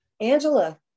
Angela